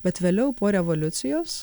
bet vėliau po revoliucijos